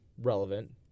relevant